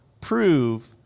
prove